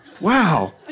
Wow